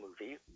movie